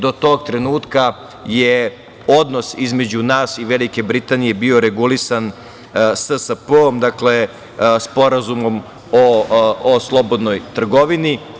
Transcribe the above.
Do tog trenutka je odnos između nas i Velike Britanije bio regulisan SSP-om, Sporazumom o slobodnoj trgovini.